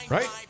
Right